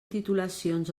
titulacions